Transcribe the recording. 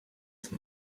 them